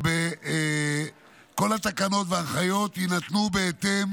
כל התקנות וההנחיות יינתנו בהתאם